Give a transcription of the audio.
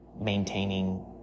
maintaining